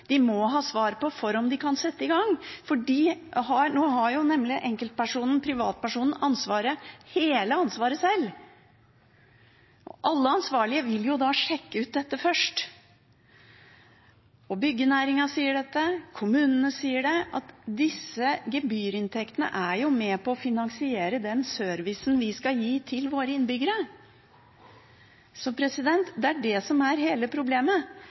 de spørsmålene de må ha svar på for å sette i gang. Nå har nemlig enkeltpersonen – privatpersonen – hele ansvaret sjøl. Alle ansvarlige vil jo da sjekke ut dette først. Byggenæringen sier dette, kommunene sier det, at disse gebyrinntektene er med på å finansiere den servicen vi skal gi våre innbyggere. Så det er det som er hele problemet,